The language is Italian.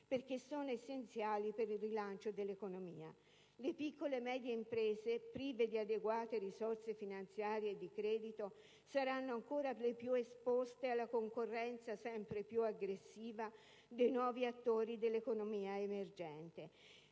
perché sono essenziali per il rilancio dell'economia. Le piccole e medie imprese, prive di adeguate risorse finanziarie e di credito, saranno ancora le più esposte alla concorrenza sempre più aggressiva dei nuovi attori dell'economia emergente.